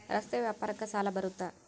ರಸ್ತೆ ವ್ಯಾಪಾರಕ್ಕ ಸಾಲ ಬರುತ್ತಾ?